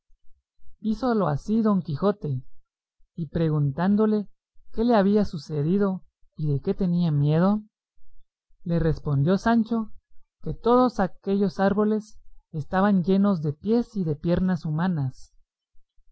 favoreciese hízolo así don quijote y preguntándole qué le había sucedido y de qué tenía miedo le respondió sancho que todos aquellos árboles estaban llenos de pies y de piernas humanas